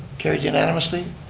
carried unanimously.